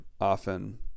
often